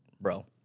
bro